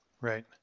Right